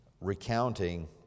recounting